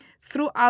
throughout